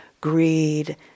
greed